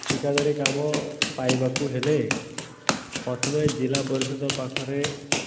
ଠିକାଦାରୀ କାମ ପାଇବାକୁ ହେଲେ ପ୍ରଥମେ ଜିଲ୍ଲା ପରିଷଦ ପାଖରେ